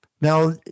Now